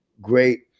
great